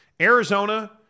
Arizona